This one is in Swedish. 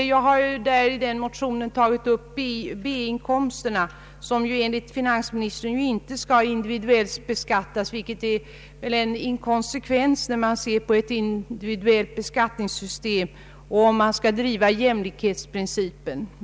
Jag har i den mo tionen tagit upp B-inkomsterna som ju enligt finansministern inte skall beskattas individuellt, vilket är en inkonsekvens, om man inför ett individuellt skattesystem och om man skall driva jämlikhetsprincipen.